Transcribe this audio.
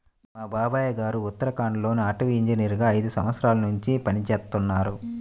మా బాబాయ్ గారు ఉత్తరాఖండ్ లో అటవీ ఇంజనీరుగా ఐదు సంవత్సరాల్నుంచి పనిజేత్తన్నారు